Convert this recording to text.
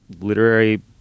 literary